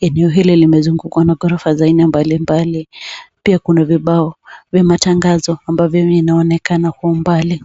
Eneo hili limezungukwa na ghorofa za aina mbalimbali. Pia kuna vibao vya matangazo ambavyo vinaonekana kwa umbali.